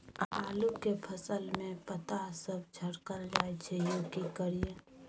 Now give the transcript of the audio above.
आलू के फसल में पता सब झरकल जाय छै यो की करियैई?